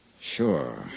Sure